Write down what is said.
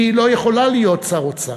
היא לא יכולה להיות שר אוצר.